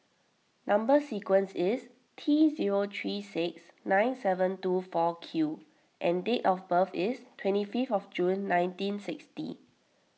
Number Sequence is T zero three six nine seven two four Q and date of birth is twenty five of June nineteen sixty